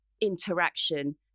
interaction